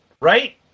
right